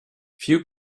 few